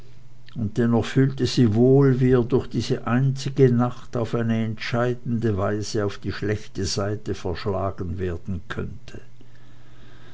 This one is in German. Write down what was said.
und dennoch fühlte sie wohl wie er durch diese einzige nacht auf eine entscheidende weise auf die schlechte seite verschlagen werden könne